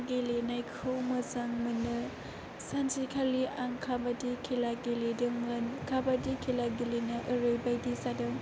गेलेनायखौ मोजां मोनो सानसेखालि आं खाबादि खेला गेलेदोंमोन खाबादि खेला गेलेनायाव ओरैबायदि जादों